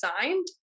designed